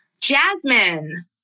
jasmine